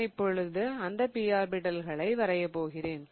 நான் இப்பொழுது அந்த p ஆர்பிடல்களை வரைய போகிறேன்